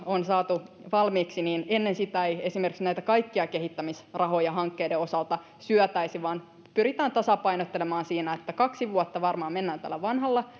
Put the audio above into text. on saatu valmiiksi ei esimerkiksi näitä kaikkia kehittämisrahoja hankkeiden osalta syötäisi vaan pyritään tasapainottelemaan siinä että kaksi vuotta varmaan mennään tällä vanhalla